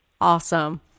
awesome